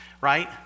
right